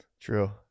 True